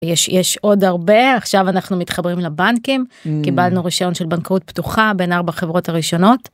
יש עוד הרבה עכשיו אנחנו מתחברים לבנקים קיבלנו רישיון של בנקאות פתוחה בין ארבע חברות הראשונות.